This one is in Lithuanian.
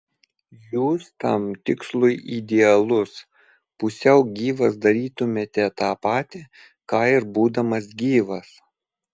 jūs tam tikslui idealus pusiau gyvas darytumėte tą patį ką ir būdamas gyvas